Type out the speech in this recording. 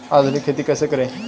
आधुनिक खेती कैसे करें?